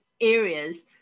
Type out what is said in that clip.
areas